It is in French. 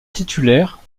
titulaire